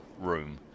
room